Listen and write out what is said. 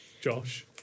Josh